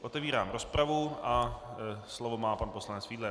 Otevírám rozpravu a slovo má pan poslanec Fiedler.